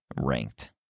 ranked